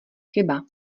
chyba